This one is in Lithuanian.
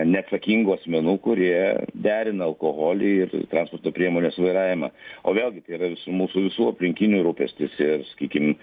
neatsakingų asmenų kurie derina alkoholį ir transporto priemonės vairavimą o vėlgi tai yra visų mūsų visų aplinkinių rūpestis ir sakykim